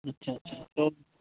अच्छा अच्छा ओके